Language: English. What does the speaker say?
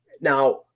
Now